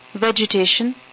Vegetation